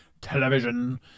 television